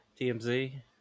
TMZ